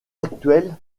actuel